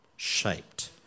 Shaped